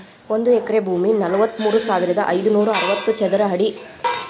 ಒಂದ ಎಕರೆ ಭೂಮಿ ನಲವತ್ಮೂರು ಸಾವಿರದ ಐದನೂರ ಅರವತ್ತ ಚದರ ಅಡಿ